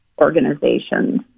organizations